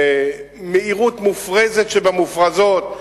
מהירות מופרזת שבמופרזות,